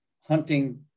hunting